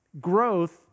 Growth